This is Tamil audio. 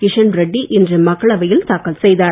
கிஷன் ரெட்டி இன்று மக்களவையில் தாக்கல் செய்தார்